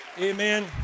Amen